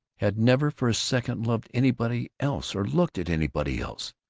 had never for a second loved anybody else or looked at anybody else.